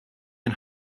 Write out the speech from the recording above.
and